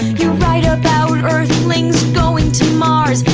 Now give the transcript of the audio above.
you write ah about earthlings going to mars,